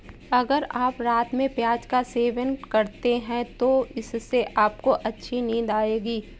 अगर आप रात में प्याज का सेवन करते हैं तो इससे आपको अच्छी नींद आएगी